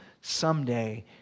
Someday